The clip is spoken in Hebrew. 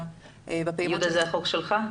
יהודה זה החוק שלך?